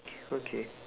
okay